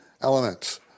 elements